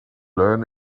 learn